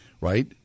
right